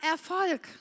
Erfolg